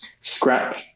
scrap